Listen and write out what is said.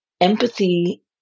empathy